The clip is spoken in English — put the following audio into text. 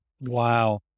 Wow